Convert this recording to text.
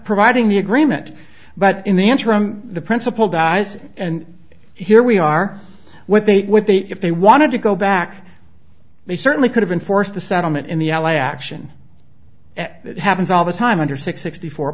providing the agreement but in the interim the principal dies and here we are what they would be if they wanted to go back they certainly could have enforced the settlement in the l a action that happens all the time under sixty four